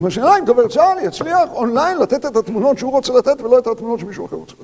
והשאלה אם דובר צה"ל יצליח אונליין לתת את התמונות שהוא רוצה לתת ולא את התמונות שמישהו אחר רוצה לתת.